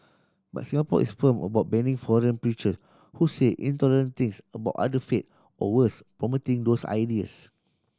but Singapore is firm about banning foreign preacher who say intolerant things about other faiths or worse promoting those ideas